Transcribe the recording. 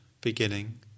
beginning